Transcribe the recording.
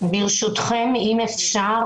ברשותכם, אם אפשר.